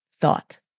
thought